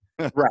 right